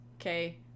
okay